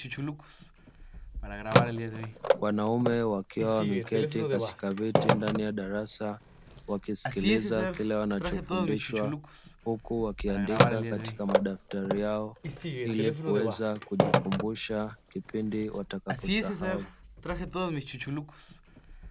Wanaume wakiwa wameketi katika viti ndani ya darasa, wakisikiliza kila wanachofundishwa huku wakiandika katika madaftari yao ili kuweza kujikumbusha kipindi watakaposahau.